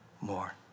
more